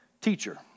teacher